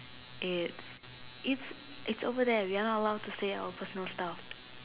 it's it's it's over there we are not allowed to say our personal stuff